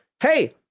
hey